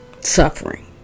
suffering